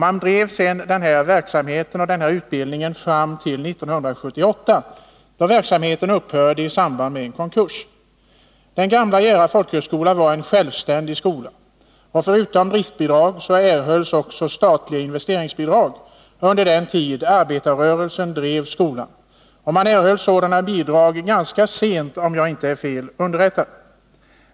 Man drev sedan denna utbildning fram till 1978, då verksamheten upphörde i samband med konkurs. Den gamla Jära folkhögskola var en självständig skola, och förutom driftbidrag erhölls också statliga investeringsbidrag under den tid arbetarrörelsen drev skolan. Och man erhöll sådana bidrag ganska sent, om jag inte är fel underrättad.